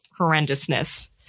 horrendousness